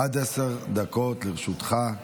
עד עשר דקות לרשותך.